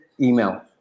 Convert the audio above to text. email